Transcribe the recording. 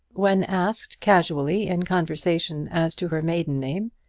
when asked casually in conversation as to her maiden name,